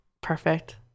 Perfect